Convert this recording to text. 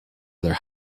their